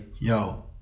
Yo